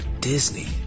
Disney